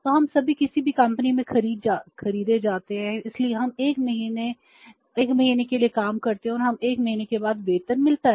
तो हम सभी किसी भी कंपनी में खरीदे जाते हैं इसलिए हम 1 महीने 1 महीने के लिए काम करते हैं और हमें 1 महीने के बाद वेतन मिलता है